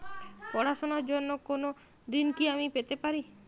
পড়াশোনা র জন্য কোনো ঋণ কি আমি পেতে পারি?